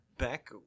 back